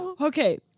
Okay